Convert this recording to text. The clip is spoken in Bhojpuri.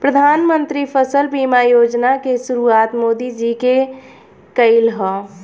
प्रधानमंत्री फसल बीमा योजना के शुरुआत मोदी जी के कईल ह